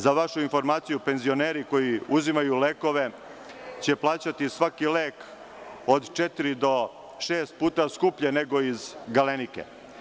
Za vašu informaciju, penzioneri koji uzimaju lekove će plaćati svaki lek od četiri do šest puta skuplje nego iz „Galenike“